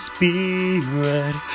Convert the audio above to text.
Spirit